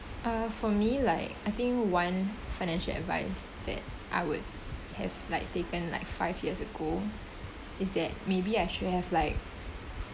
uh for me like I think one financial advice that I would have like taken like five years ago is that maybe I should have like